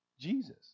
Jesus